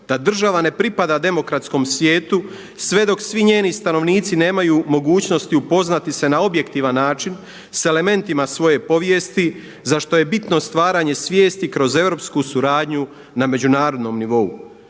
da država ne pripada demokratskom svijetu sve dok svi njeni stanovnici nemaju mogućnosti upoznati se na objektivan način sa elementima svoje povijesti za što je bitno stvaranje svijesti kroz europsku suradnju na međunarodnom nivou.